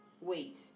wait